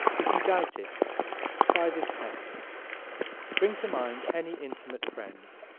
if you doubt it try this test bring to mind any intimate friends,